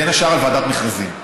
בין השאר על ועדת מכרזים.